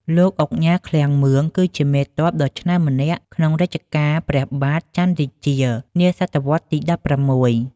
លោកឧកញ៉ា ឃ្លាំងមឿង គឺជាមេទ័ពដ៏ឆ្នើមម្នាក់ក្នុងរជ្ជកាលព្រះបាទច័ន្ទរាជា នាសតវត្សទី១៦។